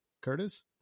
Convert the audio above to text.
Curtis